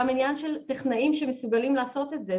אבל זה גם עניין של טכנאים שמסוגלים לעשות את זה.